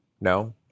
no